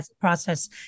process